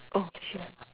oh sure